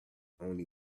only